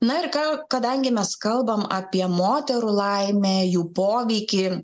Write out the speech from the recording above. na ir ką kadangi mes kalbam apie moterų laimę jų poveikį